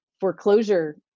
foreclosure